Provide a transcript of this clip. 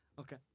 Okay